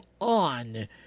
on